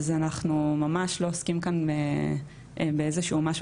אז אנחנו ממש לא עוסקים כאן באיזשהו או משהו